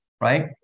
right